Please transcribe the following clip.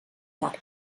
llarg